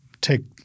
take –